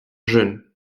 jeune